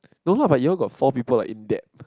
no lah but you all got four people like in debt